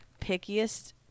pickiest